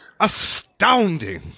Astounding